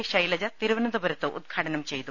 ശ്ശെലജ തിരുവനന്ത പുരത്ത് ഉദ്ഘാടനം ചെയ്തു